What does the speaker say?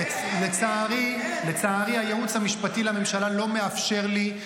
לצערי הייעוץ המשפטי לממשלה לא מאפשר לי,